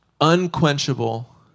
unquenchable